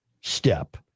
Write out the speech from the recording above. step